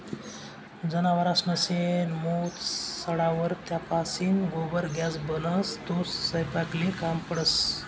जनावरसनं शेण, मूत सडावर त्यापाशीन गोबर गॅस बनस, तो सयपाकले काम पडस